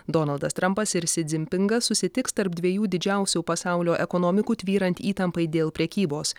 donaldas trampas ir si dzin pingas susitiks tarp dviejų didžiausių pasaulio ekonomikų tvyrant įtampai dėl prekybos